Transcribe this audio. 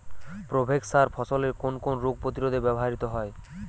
Provex সার ফসলের কোন কোন রোগ প্রতিরোধে ব্যবহৃত হয়?